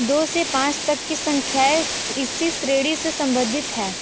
दो से पाँच तक की संख्याएँ इसी श्रेणी से संबंधित हैं